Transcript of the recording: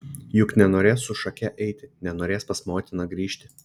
juk nenorės su šake eiti nenorės pas motiną grįžti